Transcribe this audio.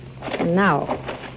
Now